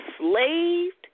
enslaved